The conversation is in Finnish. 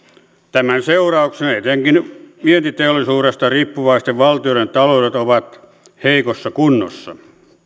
tämän seurauksena etenkin vientiteollisuudesta riippuvaisten valtioiden taloudet ovat heikossa kunnossa